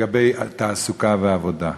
לגבי התעסוקה והעבודה.